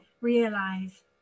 realize